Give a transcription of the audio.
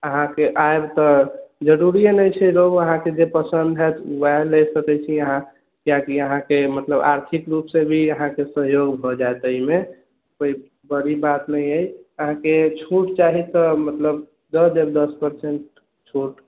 अहाँकेँ आएब तऽ जरुरिए नहि छै रहु अहाँकेँ जे पसन्द होएत ओएह लऽ सकैत छी अहाँ किआकि अहाँकेँ मतलब आर्थिक रूपसँ भी अहाँकेँ सहयोग भए जाएत एहिमे कोइ बड़ी बात नहि अछि अहाँकेँ छूट चाही तऽ मतलब दऽ देब दश परसेंट छूट